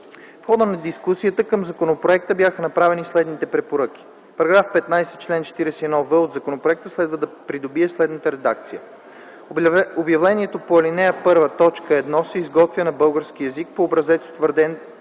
В хода на дискусията към законопроекта бяха направени следните препоръки: 1. Параграф 15, чл. 41в (2) от законопроекта следва да придобие следната редакция: „Обявлението по ал.1, т.1 се изготвя на български език по образец, утвърден